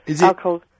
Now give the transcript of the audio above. alcohol